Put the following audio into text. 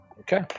Okay